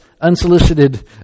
unsolicited